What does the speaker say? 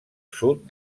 sud